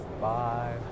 Bye